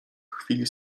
chwili